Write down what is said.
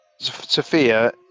Sophia